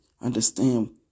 Understand